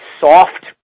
soft